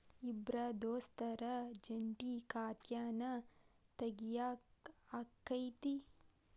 ಇಬ್ರ ದೋಸ್ತರ ಜಂಟಿ ಖಾತಾನ ತಗಿಯಾಕ್ ಆಕ್ಕೆತಿ?